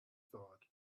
thought